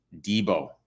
Debo